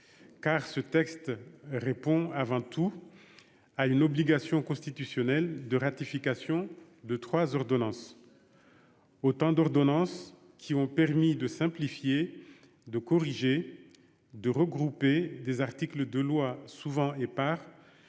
Ce texte répond avant tout à une obligation constitutionnelle de ratification de trois ordonnances. Ce sont autant d'ordonnances qui ont permis de simplifier, de corriger et de regrouper des articles de loi souvent épars